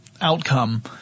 outcome